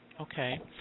Okay